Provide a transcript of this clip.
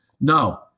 No